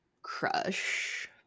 crush